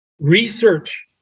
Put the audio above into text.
research